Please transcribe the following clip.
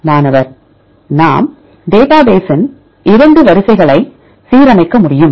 மாணவர் நாம்டேட்டாபேஸின் இரண்டு வரிசைகளை சீரமைக்க முடியும்